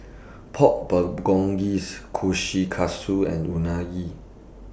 Pork Bulgogi's Kushikatsu and Unagi